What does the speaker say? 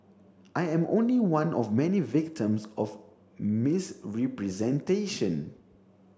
I am only one of many victims of misrepresentation